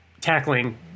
tackling